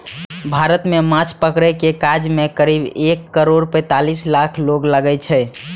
भारत मे माछ पकड़ै के काज मे करीब एक करोड़ पैंतालीस लाख लोक लागल छै